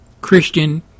Christian